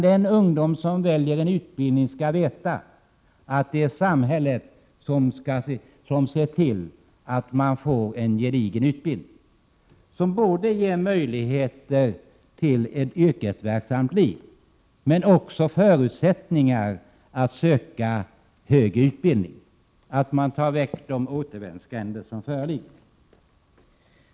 Den ungdom som väljer en utbildning skall veta att det är samhället som ser till att det blir en gedigen utbildning, som ger möjligheter till ett yrkesverksamt liv, men också förutsättningar för att söka högre utbildning, och att man tar bort de återvändsgränder som finns.